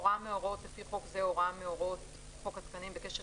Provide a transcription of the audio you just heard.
הוראה מההוראות לפי חוק זה או הוראה מהוראות חוק התקנים בקשר